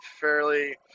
fairly